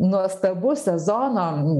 nuostabus sezono